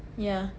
yeah